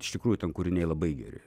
iš tikrųjų ten kūriniai labai geri